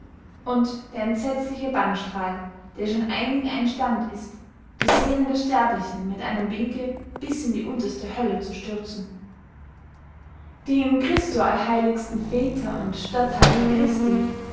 und der entsetzliche bannstrahl der schon einig ein stand ist die seelen der sterblichen mit einem winke bis in die unterste hölle zu stürzen die in christo allerheiligsten väter und statthalter christi